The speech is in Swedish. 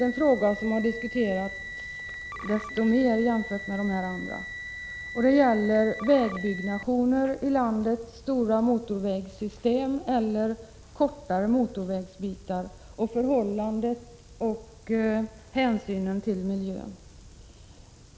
En fråga som diskuterats desto mera jämfört med de andra frågorna gäller vägbyggnationer i landets stora motorvägssystem eller kortare motorvägsbitar och hänsynen till miljön.